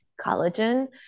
collagen